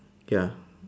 ya